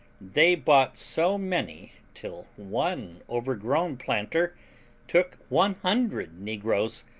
they bought so many, till one overgrown planter took one hundred negroes,